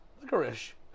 Licorice